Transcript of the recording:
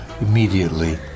immediately